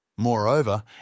Moreover